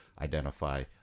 identify